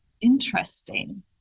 Interesting